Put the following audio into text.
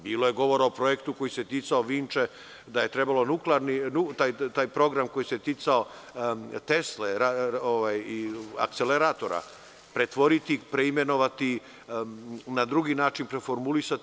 Bilo je govora o projektu koji se ticao Vinče, da je trebalo taj program koji se ticao Tesle i akceleratora pretvoriti, preimenovati, na drugi način preformulisati.